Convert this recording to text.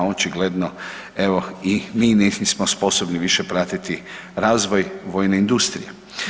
Očigledno evo i mi nismo sposobni više pratiti razvoj vojne industrije.